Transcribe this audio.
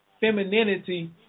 femininity